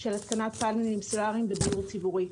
של התקנת פאנלים סולאריים בדיור ציבורי.